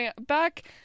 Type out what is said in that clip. back